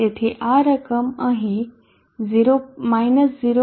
તેથી આ રકમ અહીં 0